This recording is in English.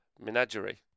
menagerie